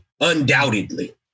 undoubtedly